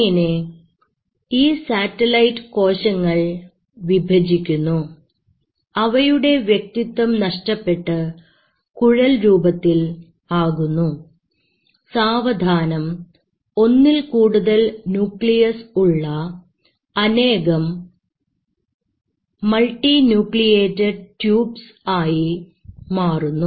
അങ്ങിനെ ഈ സാറ്റലൈറ്റ് കോശങ്ങൾ വിഭജിക്കുന്നു അവയുടെ വ്യക്തിത്വം നഷ്ടപ്പെട്ട് കുഴൽ രൂപത്തിൽ ആകുന്നു സാവധാനം ഒന്നിൽ കൂടുതൽ ന്യൂക്ലിയസ് ഉള്ള അനേകം മൾട്ടി ന്യൂക്രിയേറ്റ് ട്യൂബ്സ് ആയി മാറുന്നു